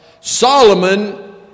Solomon